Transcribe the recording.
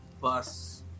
bus